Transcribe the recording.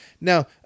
Now